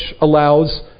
allows